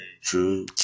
true